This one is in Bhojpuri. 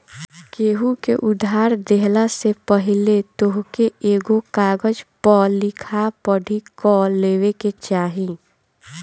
केहू के उधार देहला से पहिले तोहके एगो कागज पअ लिखा पढ़ी कअ लेवे के चाही